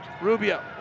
Rubio